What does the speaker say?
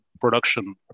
production